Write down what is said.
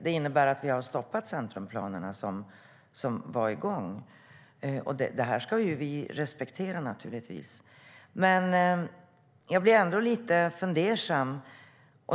Det innebär att vi har stoppat centrumplanerna som var i gång, för vi ska naturligtvis respektera folkomröstningsresultatet. Jag blir ändå lite fundersam.